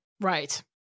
Right